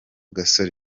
gasore